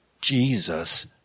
Jesus